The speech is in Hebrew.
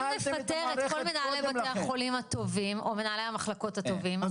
אם נפטר את כל מנהלי בתי החולים הטובים או מנהלי המחלקות הטובים,